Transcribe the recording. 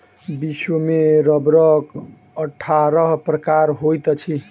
विश्व में रबड़क अट्ठारह प्रकार होइत अछि